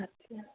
আচ্ছা